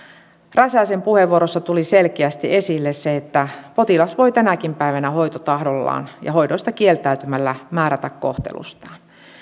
räsäsen puheenvuorossa tuli selkeästi esille potilas voi tänäkin päivänä hoitotahdollaan ja hoidoista kieltäytymällä määrätä kohtelustaan